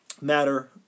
matter